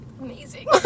amazing